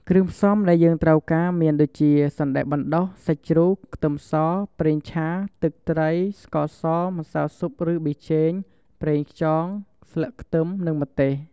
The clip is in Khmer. គ្រឿងផ្សំដែលយើងត្រូវការមានដូចជា សណ្ដែកបណ្ដុះ សាច់ជ្រូក ខ្ទឹមស ប្រេងឆា ទឹកត្រី ស្ករស ម្សៅស៊ុប ឬប៊ីចេង ប្រេងខ្យង ស្លឹកខ្ទឹម និងម្ទេស។